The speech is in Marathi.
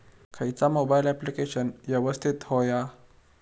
खयचा मोबाईल ऍप्लिकेशन यवस्तित होया?